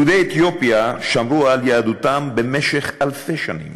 יהודי אתיופיה שמרו על יהדותם במשך אלפי שנים.